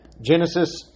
Genesis